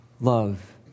love